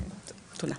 תודה.